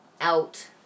out